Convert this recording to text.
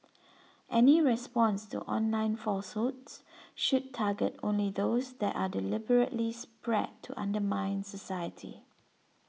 any response to online falsehoods should target only those that are deliberately spread to undermine society